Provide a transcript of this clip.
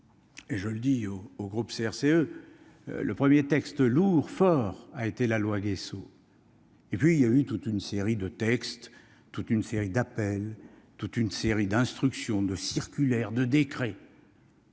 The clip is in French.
! Je le dis au groupe CRCE, le premier texte fort a été la loi Gayssot. Puis il y a eu toute une série de textes, toute une série d'appels, toute une série d'instructions, de circulaires, de décrets